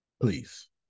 Please